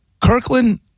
Kirkland